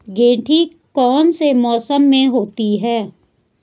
गेंठी कौन से मौसम में होती है?